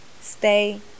Stay